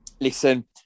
Listen